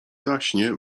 zaśnie